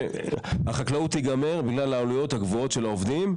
החקלאות תיגמר בגלל העלויות הגבוהות של העובדים,